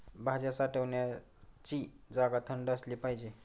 भाज्या साठवण्याची जागा थंड असली पाहिजे